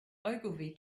ogilvy